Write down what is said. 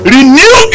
Renew